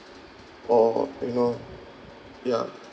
or you know yeah